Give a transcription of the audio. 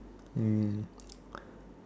um